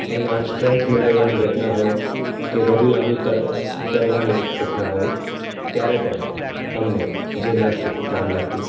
એમાં સ્ટ્રેન્થ મેળવવાની ઘટના હોય કે વધુ લાંબુ તરવાની ઘટના હોય ત્યારે પણ અમને જીમનાસ્ટિક કામ લાગતું